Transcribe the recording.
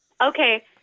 okay